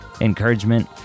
encouragement